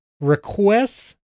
requests